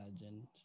Legend